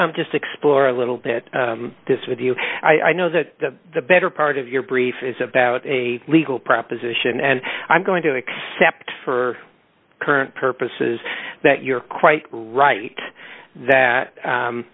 i just explore a little bit of this with you i know that the better part of your brief is about a legal proposition and i'm going to accept for current purposes that you're quite right that